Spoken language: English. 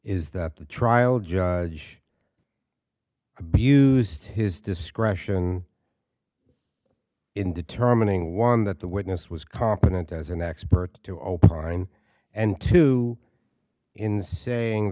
is that the trial judge abused his discretion in determining one that the witness was competent as an expert to opine and to in saying